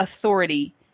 authority